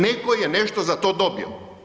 Netko je nešto za to dobio.